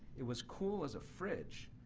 it was cool as a fridge.